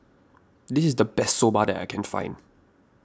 this is the best Soba that I can find